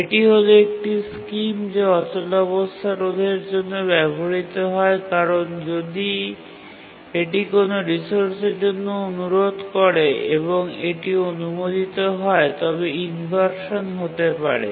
এটি হল একটি স্কিম যা অচলাবস্থা রোধের জন্য ব্যবহৃত হয় কারণ যদি এটি কোনও রিসোর্সের জন্য অনুরোধ করে এবং এটি অনুমোদিত হয় তবে ইনভারসান হতে পারে